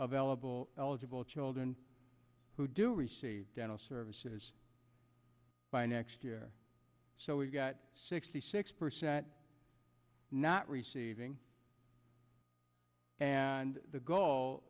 alibi eligible children who do receive dental services by next year so we've got sixty six percent not receiving and the goal